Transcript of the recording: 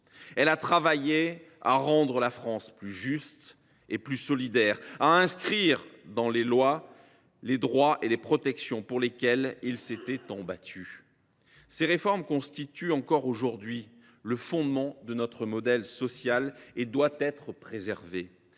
Elle a travaillé à rendre la France plus juste et plus solidaire et à inscrire dans la loi les droits et les protections pour lesquels ses membres s’étaient tant battus. Ces réformes constituent le fondement de notre modèle social et doivent être préservées.